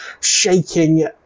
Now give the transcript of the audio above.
shaking